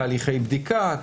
תהליכי בדיקה,